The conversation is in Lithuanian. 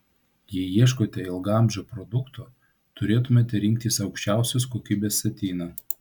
jei ieškote ilgaamžio produkto turėtumėte rinktis aukščiausios kokybės satiną